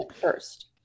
first